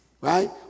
Right